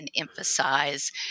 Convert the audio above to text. emphasize